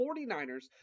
49ers